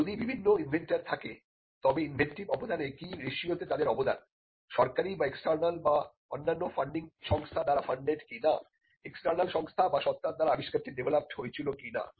যদি বিভিন্ন ইনভেন্টর থাকে তবে ইনভেন্টিভ অবদানে কি রেশিও তে তাদের অবদান সরকারি বা এক্সটার্নাল বা অন্যান্য ফান্ডিং সংস্থা দ্বারা ফান্ডেড কিনা এক্সটার্নাল সংস্থা বা সত্তার দ্বারা আবিষ্কারটি ডেভেলপড্ হয়েছিল কিনা